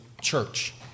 church